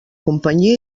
companyia